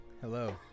hello